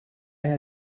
had